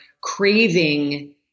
craving